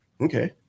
Okay